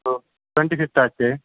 twenty fifth ಆಚೆ